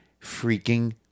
freaking